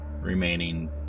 remaining